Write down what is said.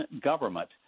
government –